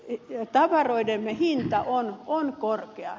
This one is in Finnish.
meidän tavaroidemme hinta on korkea